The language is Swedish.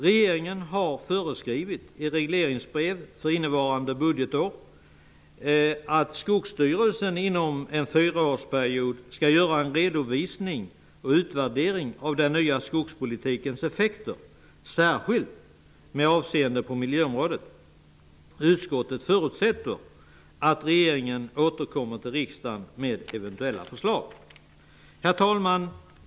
Regeringen har föreskrivit i regleringsbrev för innevarande budgetår att Skogsstyrelsen inom en fyraårsperiod skall göra en redovisning och utvärdering av den nya skogspolitikens effekter, särskilt med avseende på miljömålet. Utskottet förutsätter att regeringen återkommer till riksdagen med eventuella förslag. Herr talman!